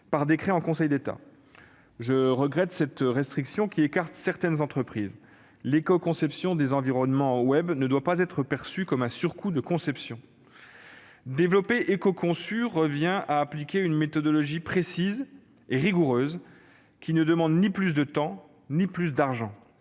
par décret en Conseil d'État. Je regrette cette restriction qui écarte certaines entreprises. L'écoconception des environnements web ne doit pas être perçue comme un surcoût de conception. Développer « écoconçu » revient à appliquer une méthodologie précise et rigoureuse qui ne demande ni plus de temps ni plus d'argent.